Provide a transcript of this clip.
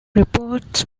reports